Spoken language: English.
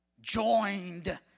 joined